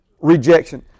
Rejection